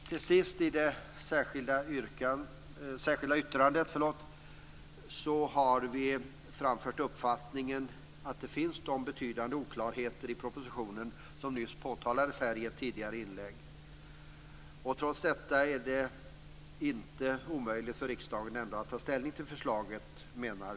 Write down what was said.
Till sist har vi i det särskilda yttrandet framfört uppfattningen att det finns betydande oklarheter i propositionen, som nyss påtalades här i ett tidigare inlägg. Vi menar att det trots detta inte är omöjligt för riksdagen att ta ställning till förslaget.